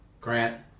Grant